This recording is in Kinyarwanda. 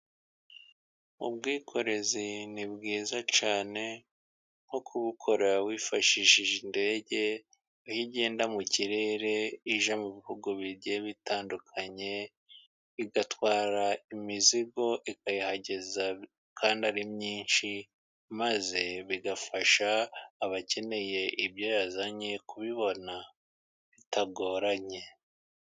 Ubwikorezi ni bwiza cyane nko kubukora wifashishije indege, iyo igenda mu kirere igiye mu bihugu bigiye bitandukanye, igatwara imizigo ikayihageza kandi ari myinshi, maze bigafasha abakeneye ibyo yazanye, kubibona bitagoranye.